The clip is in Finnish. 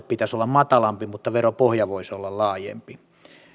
pitäisi olla matalampi mutta veropohja voisi olla laajempi